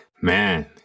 Man